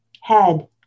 head